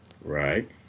Right